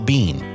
Bean